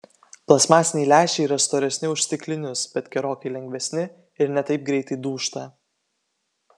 plastmasiniai lęšiai yra storesni už stiklinius bet gerokai lengvesni ir ne taip greitai dūžta